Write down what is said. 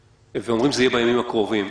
ואומרים שזה יהיה בימים הקרובים.